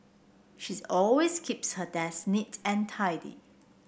she's always keeps her desk neat and tidy